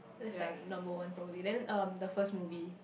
that's like number one probably then um the first movie